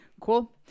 Cool